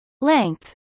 Length